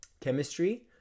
chemistry